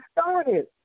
started